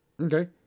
Okay